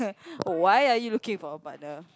why are you looking for a partner